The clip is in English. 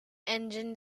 engine